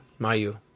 Mayu